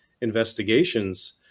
investigations